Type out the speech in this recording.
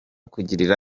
kugirira